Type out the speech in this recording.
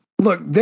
Look